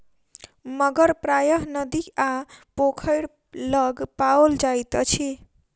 मगर प्रायः नदी आ पोखैर लग पाओल जाइत अछि